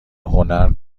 هنر